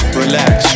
relax